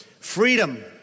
Freedom